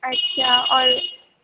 اچھا اور